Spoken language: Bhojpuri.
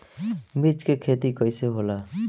मिर्च के खेती कईसे होला?